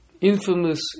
infamous